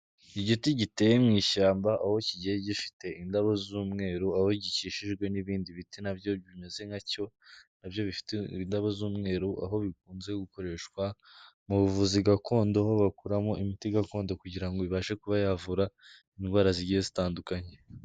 Igiti giteye mu ishyamba, aho kigiye gifite indabo z'umweru, aho gikikijwe n'ibindi biti na byo bimeze nka cyo, na byo bifite indabo z'umweruru, aho bikunze gukoreshwa mu buvuzi gakondo, aho bakuramo imiti gakondo kugira ngo ibashe kuba yavura indwara zigiye zitandukanye.